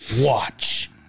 Watch